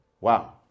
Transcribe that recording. Wow